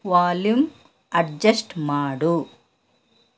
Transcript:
volume adjust ಮಾಡು